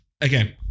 again